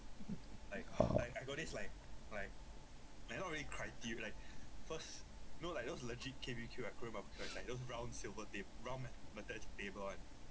ah